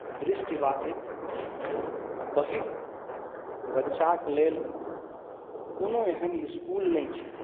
दृष्टिबाधित आ बहिर बच्चाक लेल कोनो एहन इस्कुल नहि छै